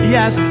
Yes